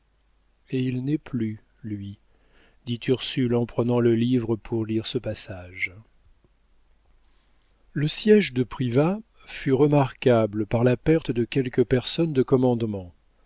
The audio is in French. et il n'est plus lui dit ursule en prenant le livre pour lire ce passage le siége de privas fut remarquable par la perte de quelques personnes de commandement